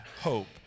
hope